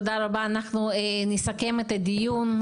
אנחנו נסכם את הדיון,